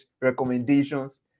recommendations